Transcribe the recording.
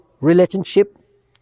relationship